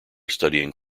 studying